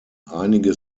einige